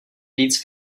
víc